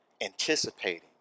anticipating